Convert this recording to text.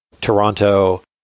Toronto